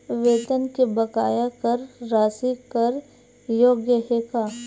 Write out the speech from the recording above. वेतन के बकाया कर राशि कर योग्य हे का?